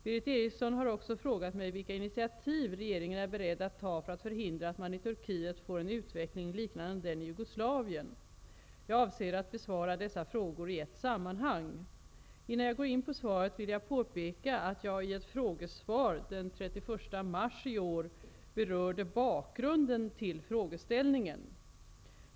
Berith Eriksson har också frågat vilka initiativ regeringen är beredd att ta för att förhindra att man i Turkiet får en utveckling liknande den i Jugoslavien. Jag avser att besvara dessa frågor i ett sammanhang. Innan jag går in på svaret vill jag påpeka att jag i ett frågesvar den 31 mars i år berörde bakgrunden till frågeställningen.